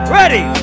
ready